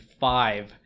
five